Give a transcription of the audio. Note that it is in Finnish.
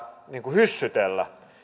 hyssytellä